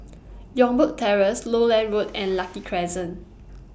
Youngberg Terrace Lowland Road and Lucky Crescent